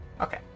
Okay